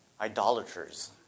idolaters